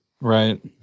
Right